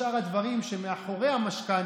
אני באתי לעמותות, שעושות עבודה